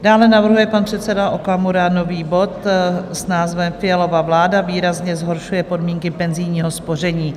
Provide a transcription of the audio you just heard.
Dále navrhuje pan předseda Okamura nový bod s názvem Fialova vláda výrazně zhoršuje podmínky penzijního spoření.